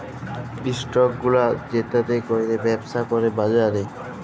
stock গুলা যেটতে ক্যইরে ব্যবছা ক্যরে বাজারে